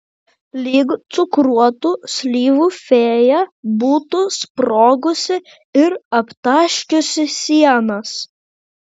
lyg cukruotų slyvų fėja būtų sprogusi ir aptaškiusi sienas